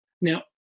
Now